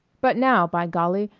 but now, by golly,